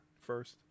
first